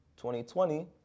2020